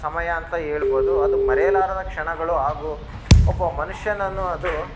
ಸಮಯ ಅಂತ ಹೇಳ್ಬೋದು ಅದು ಮರೆಯಲಾರದ ಕ್ಷಣಗಳು ಹಾಗು ಒಬ್ಬ ಮನುಷ್ಯನನ್ನು ಅದು